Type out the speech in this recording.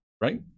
right